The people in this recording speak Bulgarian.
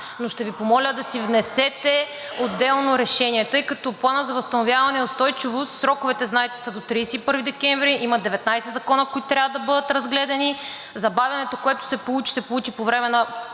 но ще Ви помоля да си внесете отделно решение. Тъй като за Плана за възстановяване и устойчивост, знаете, сроковете са до 31 декември, има 19 закона, които трябва да бъдат разгледани. Забавянето, което се получи, се получи по време на